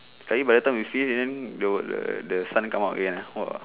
sekali by the time we finish then the the the sun come out again !wah!